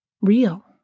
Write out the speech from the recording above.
real